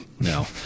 no